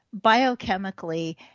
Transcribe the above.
biochemically